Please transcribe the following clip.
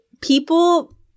people